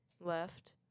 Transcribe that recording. left